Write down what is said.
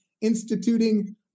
instituting